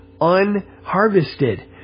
unharvested